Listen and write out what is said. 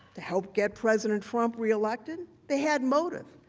to help get president trump reelected, they had motive.